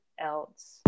else